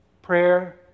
Prayer